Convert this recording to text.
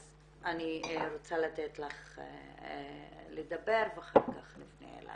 אז אני רוצה לתת לך לדבר, ואחר כך אני אפנה אלייך.